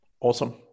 Awesome